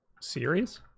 Series